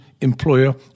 employer